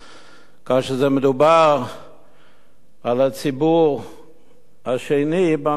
כאשר מדובר על הציבור השני במדינה,